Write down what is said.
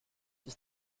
ist